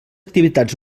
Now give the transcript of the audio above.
activitats